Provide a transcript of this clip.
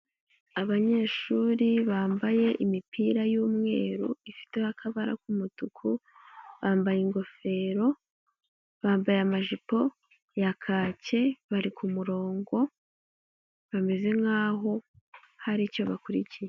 Abanyeshuri bambaye imipira y'umweru ifiteho akabara k'umutuku, bambaye ingofero, bambaye amajipo ya kaki bari ku murongo, bameze nk'aho hari icyo bakurikiye.